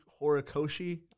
Horikoshi